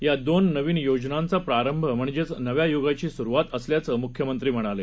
यादोननवीनयोजनांचाप्रारंभम्हणजेनव्यायुगाचीसुरुवातअसल्याचंमुख्यमंत्रीम्हणाले